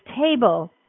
table